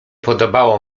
podobało